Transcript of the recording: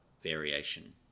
variation